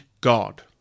God